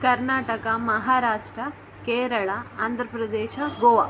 Karnataka Maharashtra Kerala Andhra Pradesh Goa